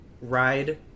ride